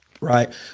Right